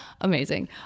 amazing